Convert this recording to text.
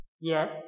Yes